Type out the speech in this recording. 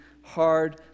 hard